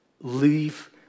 leave